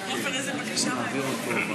הכנסת יאיר לפיד.